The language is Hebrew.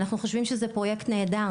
אנחנו חושבים שזה פרויקט נהדר